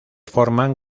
forman